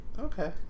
Okay